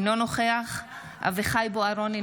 אינו נוכח אביחי אברהם בוארון,